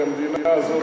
כי המדינה הזאת,